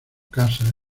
casa